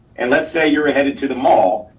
and let's say you were headed to the mall,